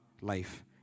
life